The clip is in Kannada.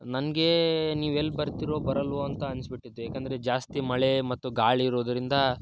ನನಗೆ ನೀವು ಎಲ್ಲಿ ಬರ್ತಿರೋ ಬರಲ್ವೋ ಅಂತ ಅನ್ನಿಸ್ಬಿಟ್ಟಿತ್ತು ಏಕೆಂದ್ರೆ ಜಾಸ್ತಿ ಮಳೆ ಮತ್ತು ಗಾಳಿ ಇರೋದರಿಂದ